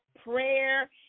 prayer